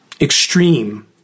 extreme